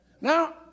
Now